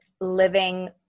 living